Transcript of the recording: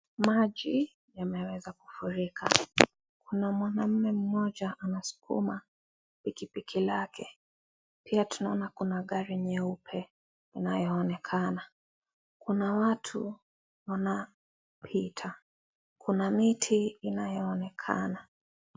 Maji yameweza kufurika kuna mwanaume mmoja anasukuma pikipiki lake pia tunaona kuna gari nyeupe inayoonekana kuna watu wanapita kuna miti inayoonekana.